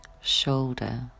shoulder